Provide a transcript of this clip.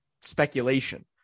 speculation